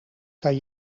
kan